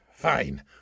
Fine